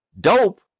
dope